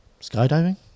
skydiving